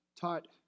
taught